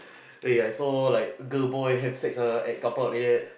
eh I saw like girl boy have sex ah at carpark leh